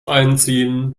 einziehen